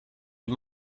den